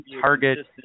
target